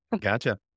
gotcha